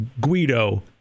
Guido